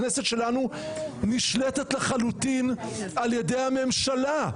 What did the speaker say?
הכנסת שלנו נשלטת לחלוטין על ידי הממשלה.